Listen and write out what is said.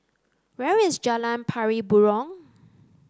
where is Jalan Pari Burong